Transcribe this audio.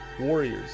warriors